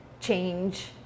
change